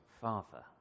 Father